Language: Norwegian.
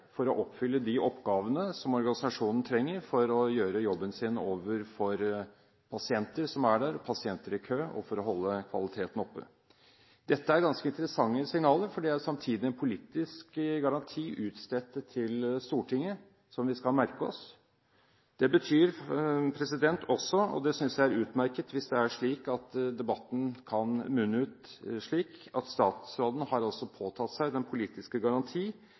for å oppfylle de oppgavene som organisasjonen trenger for å gjøre jobben sin overfor pasienter som er der, pasienter i kø og for å holde kvaliteten oppe. Dette er ganske interessante signaler, for det er samtidig en politisk garanti utstedt til Stortinget, som vi skal merke oss. Det betyr også – og jeg synes det er utmerket hvis debatten kan munne ut slik – at statsråden har påtatt seg den politiske garanti